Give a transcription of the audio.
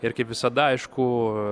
ir kaip visada aišku